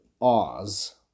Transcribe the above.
Oz